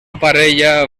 parella